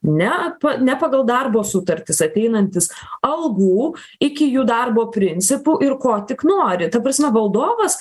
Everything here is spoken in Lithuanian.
ne pa ne pagal darbo sutartis ateinantys algų iki jų darbo principų ir ko tik nori ta prasme valdovas